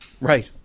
right